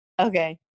Okay